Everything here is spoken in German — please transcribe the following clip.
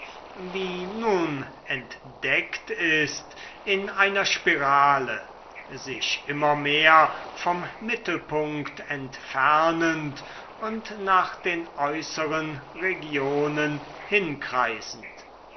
wie nun entdeckt ist in einer spirale sich immer mehr vom mittelpunkt entfernend und nach den äußeren regionen hinkreisend